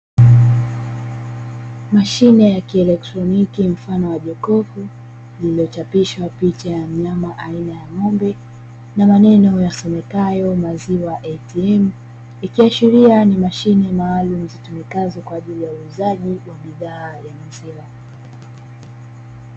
Mashine ya kielektroniki mfano wa jokofu, iliyochapishwa picha ya mnyanma aina ya ng'ombe, na maneno yasomekayo ''maziwa atm'' ikiashiria ni mashine maalumu zitumikazo kwa ajili ya uuzaji wa bidhaa ya maziwa.